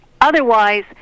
otherwise